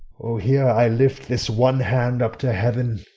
o, here i lift this one hand up to heaven,